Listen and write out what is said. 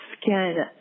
skin